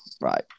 right